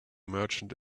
merchant